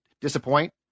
disappoint